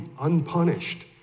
unpunished